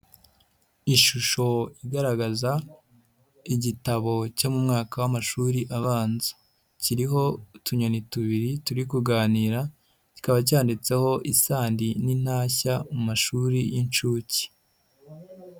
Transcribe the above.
Ishusho igaragaza igitabo cyo mu mwaka w'amashuri abanza, kiriho utunyoni tubiri turi kuganira kikaba cyanditseho isandi n'intashya mu mashuri y'inshuke.